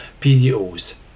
PDOs